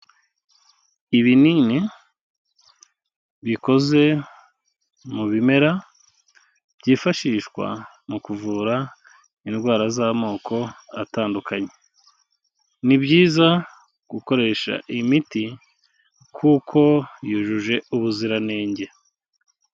Ibinini bikoze mu bimera, byifashishwa mu kuvura indwara z'amoko atandukanye. Ni byiza gukoresha iyi miti, kuko yujuje ubuziranenge.